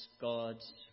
God's